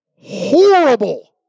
horrible